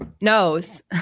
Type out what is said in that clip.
knows